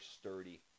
sturdy